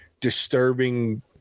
disturbing